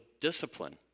discipline